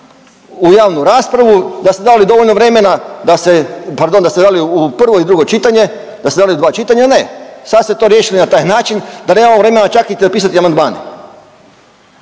u javnu raspravu da ste dali dovoljno vremena da se, pardon da ste dali u prvo i drugo čitanje, da ste dali u dva čitanja. Ne, sada ste to riješili na taj način da nemamo vremena čak niti napisati amandmane.